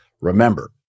Remember